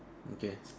okay